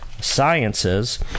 Sciences